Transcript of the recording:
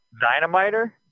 Dynamiter